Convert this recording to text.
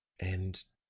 and